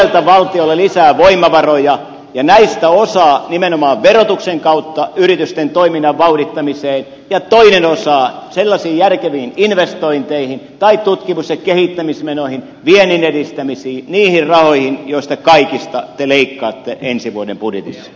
sieltä valtiolle lisää voimavaroja ja näistä osa nimenomaan verotuksen kautta yritysten toiminnan vauhdittamiseen ja toinen osa sellaisiin järkeviin investointeihin tai tutkimus ja kehittämismenoihin vienninedistämisiin niihin rahoihin joista kaikista te leikkaatte ensi vuoden budjetista